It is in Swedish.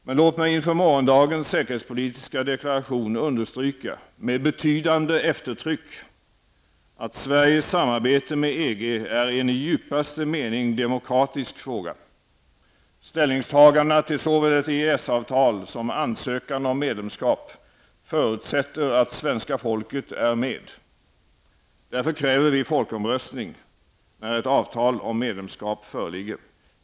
Men låt mig inför morgondagens säkerhetspolitiska deklaration understryka med betydande eftertryck, att Sveriges samarbete med EG är en i djupaste mening demokratisk fråga. Ställningstagandena till såväl ett EES-avtal som ansökan om medlemskap förutsätter att svenska folket är med. Därför kräver vi folkomröstning, när ett avtal om medlemskap föreligger.